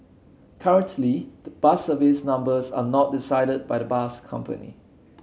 currently the bus service numbers are not decided by the bus company